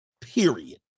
Period